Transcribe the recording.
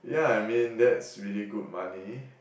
yeah I mean that's really good money